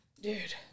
Dude